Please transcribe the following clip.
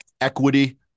equity